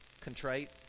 Contrite